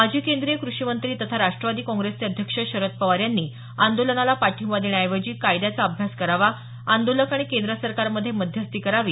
माजी केंद्रीय कृषिमंत्री तथा राष्ट्रवादी काँग्रेसचे अध्यक्ष शरद पवार यांनी आंदोलनाला पाठिंबा देण्याऐवजी कायद्याचा अभ्यास करावा आंदोलक आणि केंद्र सरकारमध्ये मध्यस्थी करावी